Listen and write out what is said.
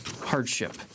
hardship